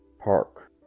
Park